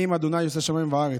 עזרי מעם ה' עשה שמים וארץ.